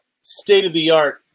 state-of-the-art